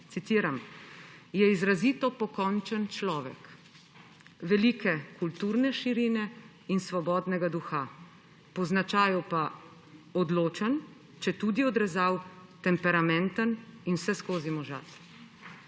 Citiram: »Je izrazito pokončen človek, velike kulturne širine in svobodnega duha, po značaju pa odločen, četudi odrezav, temperamenten in vseskozi možat.«